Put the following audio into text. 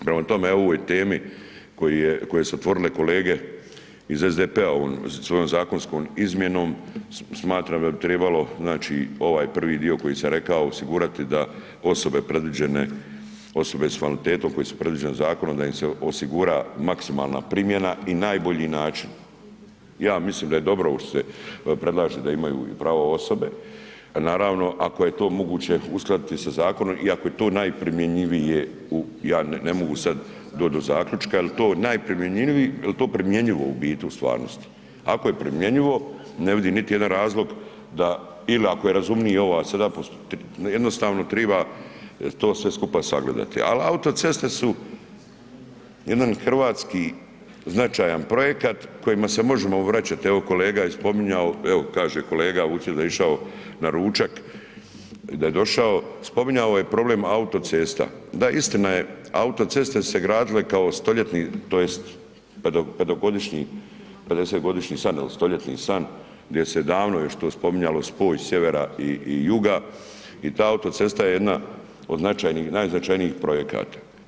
Prema tome, evo o ovoj temi koji je, koju su otvorili kolege iz SDP-a ovom svojom zakonskom izmjenom smatram da bi tribalo znači ovaj prvi dio koji sam rekao, osigurati da osobe predviđene, osobe s invaliditetom koje su predviđene zakonom da im se osigura maksimalna primjena i najbolji način, ja mislim da je dobro ovo što se predlaže da imaju i pravo osobe, naravno ako je to moguće uskladiti sa zakonom i ako je to najprimjenjivije u, ja ne mogu sad doć do zaključka jel to primjenljivo u biti u stvarnosti, ako je primjenljivo ne vidim niti jedan razlog da il ako je razumniji ova sada, jednostavno triba to sve skupa sagledati, al autoceste su jedan hrvatski značajan projekat kojima se možemo vraćat, evo kolega je spominjao, evo kaže kolega Vucelić da je išao na ručak i da je došao, spominjao je problem autocesta, da istina je autoceste su se gradile kao stoljetni tj. peto, petogodišnji, 50-godišnji san ili 100-ljetni san gdje se davno još to spominjalo spoj sjevera i, i juga i ta autocesta je jedna od značajnih, najznačajnijih projekata.